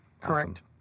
Correct